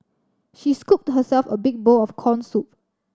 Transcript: she scooped herself a big bowl of corn soup